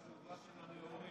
תקרא את התשובה של הנאורים.